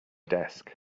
desk